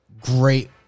great